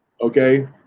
okay